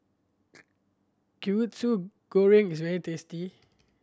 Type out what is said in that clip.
Kwetiau Goreng is very tasty